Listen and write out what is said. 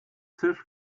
tisch